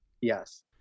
Yes